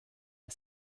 are